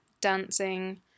dancing